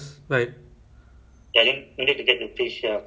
tomato semua ah tomato um pineapple